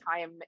time